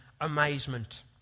amazement